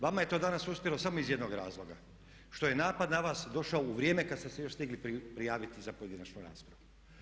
Vama je to danas uspjelo samo iz jednog razloga što je napad na vas došao u vrijeme kad ste se još stigli prijaviti za pojedinačnu raspravu.